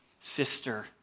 sister